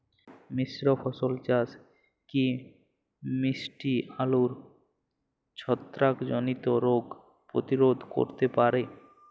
মিশ্র ফসল চাষ কি মিষ্টি আলুর ছত্রাকজনিত রোগ প্রতিরোধ করতে পারে?